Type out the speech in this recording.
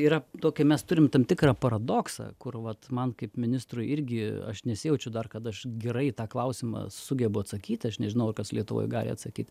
yra tokį mes turim tam tikrą paradoksą kur vat man kaip ministrui irgi aš nesijaučiu dar kad aš gerai į tą klausimą sugebu atsakyt aš nežinau ar kas lietuvoj gali atsakyt